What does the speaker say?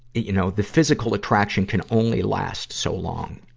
you know the physical attraction can only last so long.